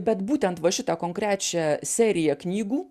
bet būtent va šitą konkrečią seriją knygų